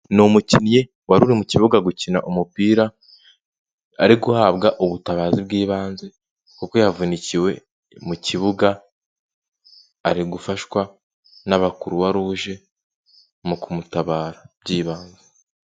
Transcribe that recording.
Ni umukinnyi wari uri mu kibuga gukina umupira ari guhabwa ubutabazi bw'ibanze kuko yavunikiwe mu kibuga, ari gufashwa n'aba Croix rouge mu kumutabara by'ibanze.